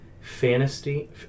fantasy